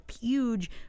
huge